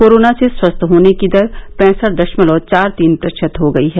corona से स्वस्थ होने की दर पैंसठ दशमलव चार तीन प्रतिशत हो गई है